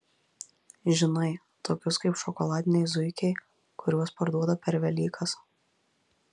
žinai tokius kaip šokoladiniai zuikiai kuriuos parduoda per velykas